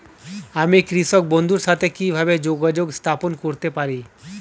আমি কৃষক বন্ধুর সাথে কিভাবে যোগাযোগ স্থাপন করতে পারি?